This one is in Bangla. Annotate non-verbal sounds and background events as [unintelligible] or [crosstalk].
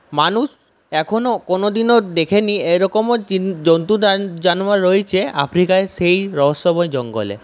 মানুষ এখনও কোনোদিনও দেখেনি এরকমও [unintelligible] জন্তু জানোয়ার রয়েছে আফ্রিকার সেই রহস্যময় জঙ্গলে